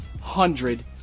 Hundred